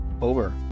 over